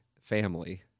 family